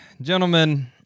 Gentlemen